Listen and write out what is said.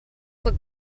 look